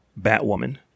Batwoman